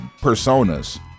personas